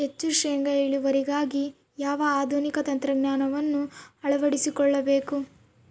ಹೆಚ್ಚು ಶೇಂಗಾ ಇಳುವರಿಗಾಗಿ ಯಾವ ಆಧುನಿಕ ತಂತ್ರಜ್ಞಾನವನ್ನು ಅಳವಡಿಸಿಕೊಳ್ಳಬೇಕು?